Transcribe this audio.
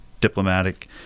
diplomatic